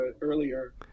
earlier